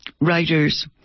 writers